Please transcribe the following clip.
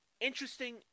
interesting